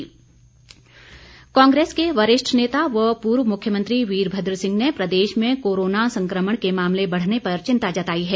वीरभद्र कांग्रेस के वरिष्ठ नेता व पूर्व मुख्यमंत्री वीरभद्र सिंह ने प्रदेश में कोरोना संक्रमण के मामले बढ़ने पर चिंता जताई है